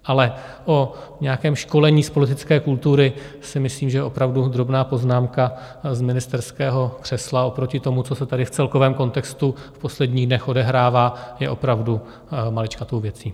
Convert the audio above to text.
Ale o nějakém školení z politické kultury si myslím, že opravdu drobná poznámka z ministerského křesla oproti tomu, co se tady v celkovém kontextu v posledních dnech odehrává, je opravdu maličkatou věcí.